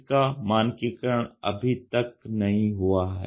इसका मानकीकरण अभी तक नहीं हुआ है